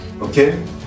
okay